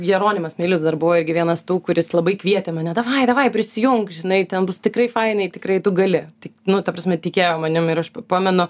jeronimas milius dar buvo irgi vienas tų kuris labai kvietė mane davai davai prisijunk žinai ten bus tikrai fainiai tikrai tu gali tik nu ta prasme tikėjo manim ir aš pamenu